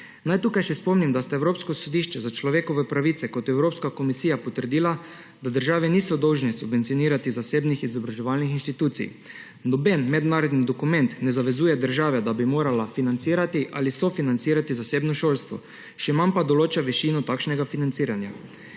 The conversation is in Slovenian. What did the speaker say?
Naj tukaj še spomnim, da sta Evropsko sodišče za človekove pravice kot Evropska komisija potrdila, da države niso dolžne subvencionirati zasebnih izobraževalnih inštitucij. Noben mednarodni dokument ne zavezuje države, da bi morala financirati ali sofinancirati zasebno šolstvo, še manj pa določa višino takšnega financiranja.